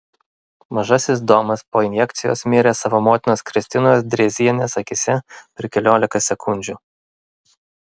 mažasis domas po injekcijos mirė savo motinos kristinos drėzienės akyse per keliolika sekundžių